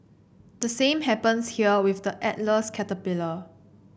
the same happens here with the Atlas caterpillar